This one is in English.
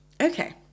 Okay